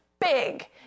big